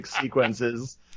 sequences